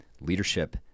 Leadership